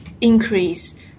increase